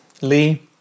Lee